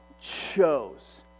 chose